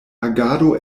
agado